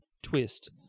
Twist